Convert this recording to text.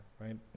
right